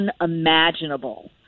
unimaginable